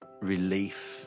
relief